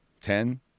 ten